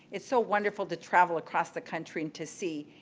it's so wonderful to travel across the country and to see.